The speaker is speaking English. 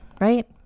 right